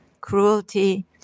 cruelty